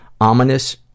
ominous